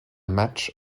match